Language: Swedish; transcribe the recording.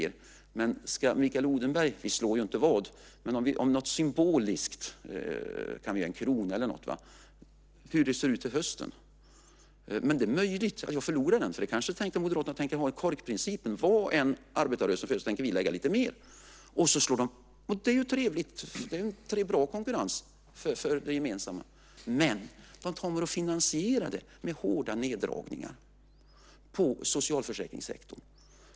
Nu brukar vi ju inte slå vad, men vi kanske kan göra det symboliskt - om en krona eller något - om hur det ser ut till hösten. Det är möjligt att jag förlorar den. Kanske Moderaterna tänker tillämpa korkprincipen: Hur mycket arbetarrörelsen än föreslår så tänker vi föreslå mer. Det kan bli bra konkurrens som är bra för det gemensamma, men det kommer i så fall att finansieras med hårda neddragningar i socialförsäkringssektorn.